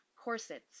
Corsets